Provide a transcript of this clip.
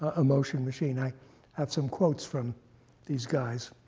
ah emotion machine, i have some quotes from these guys.